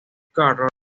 carroll